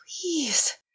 please